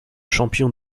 champion